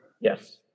Yes